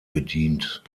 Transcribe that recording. bedient